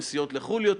יוכלו לנסוע יותר לחו"ל,